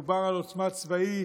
מדובר על עוצמה צבאית,